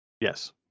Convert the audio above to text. Yes